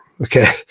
okay